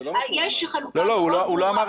יש חלוקה מאוד ברורה מתי ניתן לוותר